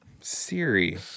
Siri